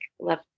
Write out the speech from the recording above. love